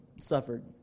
suffered